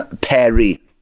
perry